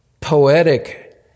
poetic